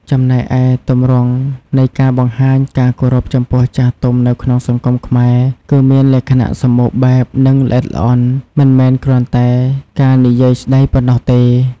ចំណែកឯទម្រង់នៃការបង្ហាញការគោរពចំពោះចាស់ទុំនៅក្នុងសង្គមខ្មែរគឺមានលក្ខណៈសម្បូរបែប និងល្អិតល្អន់ មិនមែនគ្រាន់តែការនិយាយស្ដីប៉ុណ្ណោះទេ។